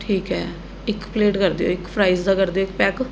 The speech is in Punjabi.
ਠੀਕ ਹੈ ਇੱਕ ਪਲੇਟ ਕਰ ਦਿਉ ਇੱਕ ਫਰਾਇਜ਼ ਦਾ ਕਰ ਦਿਉ ਇੱਕ ਪੈਕ